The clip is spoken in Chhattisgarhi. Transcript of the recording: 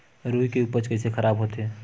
रुई के उपज कइसे खराब होथे?